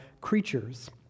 creatures